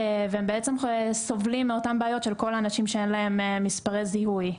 והם בעצם סובלים מאותם בעיות של כל האנשים שאין להם מספרי זיהוי.